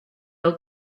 old